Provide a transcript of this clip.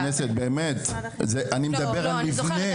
חברת הכנסת, באמת, אני מדבר על מבנה.